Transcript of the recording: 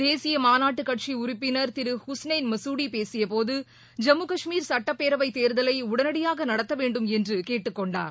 தேசிய மாநாட்டு கட்சி உறுப்பினர் திரு ஹஸ்னைள் மசூதி பேசிய போது ஜம்மு கஷ்மீர் சட்டப்பேரவை தேர்தலை உடனடியாக நடத்த வேண்டும் என்று கேட்டுக்கொண்டார்